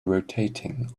rotating